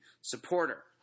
supporter